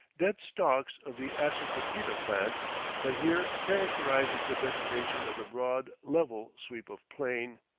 dead stalks of the assafoetida plant that here characterizes the vegetation of the broad, level sweep of plain.